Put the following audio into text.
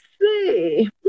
see